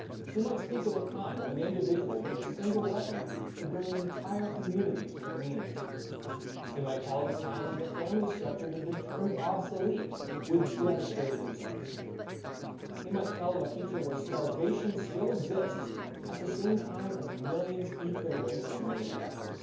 he might speak of a time when an individual with a single weapon could bring an entire community to their knees he might tell of a time when the family structure has been termed obsolete-with devastating results he might tell of a future where starvation still exists at the same time as millions eat their way to an early death.